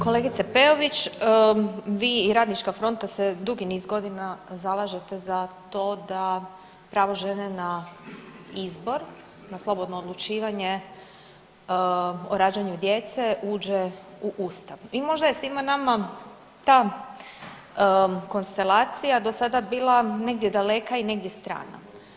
Kolegice Peović, vi i Radnička fronta se dugi niz godina zalažete za to da pravo žene na izbor, na slobodno odlučivanje o rađanju djece uđe u Ustav i možda je svima nama ta konstelacija do sada bila negdje daleka i negdje strana.